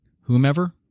whomever